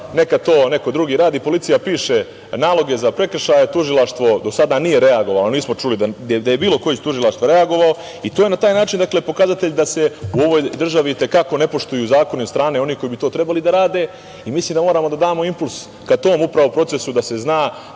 neka to neko drugi radi. Policija piše naloge za prekršaje, tužilaštvo do sada nije reagovalo, nismo čuli da je bilo ko iz tužilaštva reagovao i to je na taj način pokazatelj da se u ovoj državi i te kako ne poštuju zakoni od strane onih koji bi to trebali da rade i mislim da moramo da damo impuls ka tom procesu da se zna